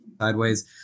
sideways